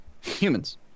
Humans